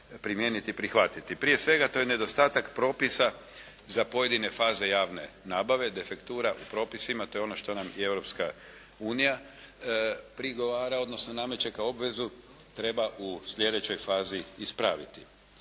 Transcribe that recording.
primijeniti i prihvatiti. Prije svega, to je nedostatak propisa za pojedine faze javne nabave, defektura u propisima, to je ono što nam i Europska unija prigovara odnosno nameće kao obvezu, treba u slijedećoj fazi ispraviti.